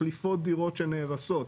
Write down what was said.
מחליפות דירות שנהרסות,